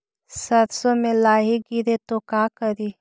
सरसो मे लाहि गिरे तो का करि?